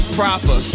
proper